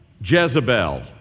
Jezebel